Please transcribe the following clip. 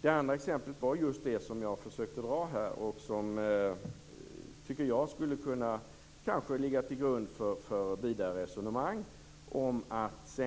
Det andra exemplet är det som jag försökte dra här och som jag tycker skulle kunna ligga grund för vidare resonemang, nämligen att